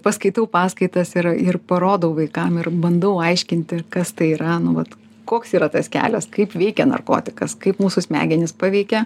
paskaitau paskaitas ir ir parodau vaikam ir bandau aiškinti kas tai yra nu vat koks yra tas kelias kaip veikia narkotikas kaip mūsų smegenis paveikia